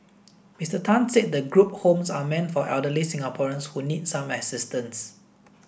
Mister Tan said the group homes are meant for elderly Singaporeans who need some assistance